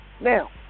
Now